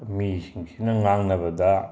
ꯃꯤꯁꯤꯡꯁꯤꯅ ꯉꯥꯡꯅꯕꯗ